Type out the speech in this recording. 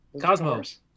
cosmos